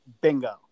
bingo